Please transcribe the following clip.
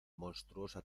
monstruosa